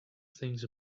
things